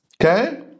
Okay